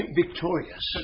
victorious